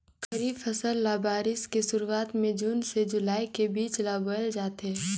खरीफ फसल ल बारिश के शुरुआत में जून से जुलाई के बीच ल बोए जाथे